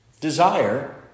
desire